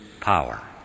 power